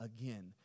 again